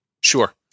Sure